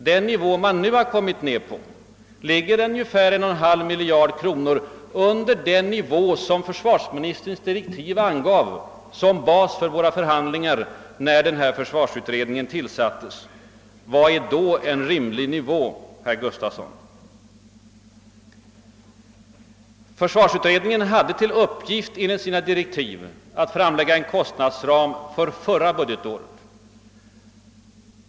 Den nivå som man nu kommit ned till ligger alltså ungefär 1,5 miljard kronor under den som försvarsministerns direktiv angav som bas för våra förhandlingar när försvarsutredningen tillsattes. Vad är då en »rimlig» nivå, herr Gustafsson i Uddevalla? Försvarsutredningen hade enligt sina direktiv till uppgift att framlägga en kostnadsram för förra budgetåret.